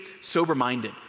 sober-minded